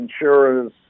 insurers